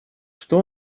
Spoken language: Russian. что